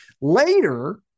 later